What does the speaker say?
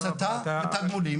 הסתה ותגמולים.